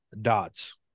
dots